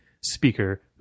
speaker